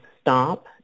stop